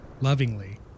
lovingly